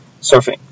surfing